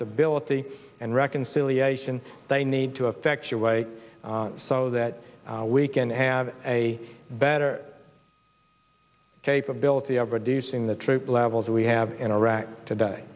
stability and reconciliation they need to affect your way so that we can have a better capability of reducing the troop levels we have in iraq today